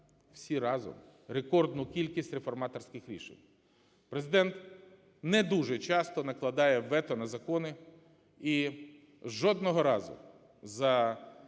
всі разом, рекордну кількість реформаторських рішень. Президент не дуже часто накладає вето на закони і жодного разу за